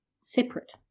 separate